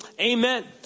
Amen